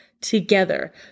together